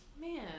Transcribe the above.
man